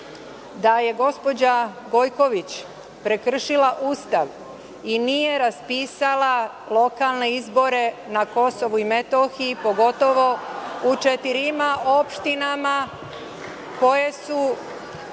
da je gospođa Gojković, prekršila Ustav i nije raspisala lokalne izbore na Kosovu i Metohiji, pogotovo u četiri opštine, koje su